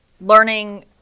learning